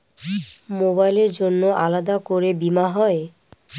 মোবাইলের জন্য আলাদা করে বীমা হয়?